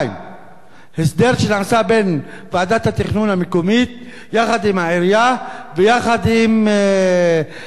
הסדר שנעשה בין ועדת התכנון המקומית יחד עם העירייה ויחד עם חברת החשמל,